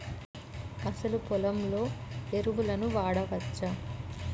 అసలు పొలంలో ఎరువులను వాడవచ్చా?